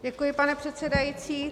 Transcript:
Děkuji, pane předsedající.